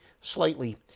slightly